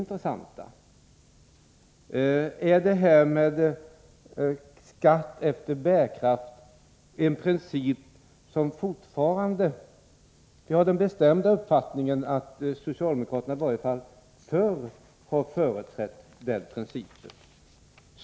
Gäller fortfarande principen skatt efter bärkraft? Jag har den bestämda uppfattningen att socialdemokraterna i varje fall tidigare har företrätt den principen.